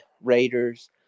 raiders